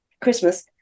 Christmas